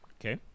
okay